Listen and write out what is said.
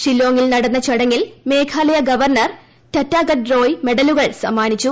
ഷില്ലോങ്ങിൽ നടന്ന ചടങ്ങിൽ മേഘാലയ ഗവർണർ റ്ററ്റാഗട്ട് റോയ് മെഡലുകൾ സമ്മാനിച്ചു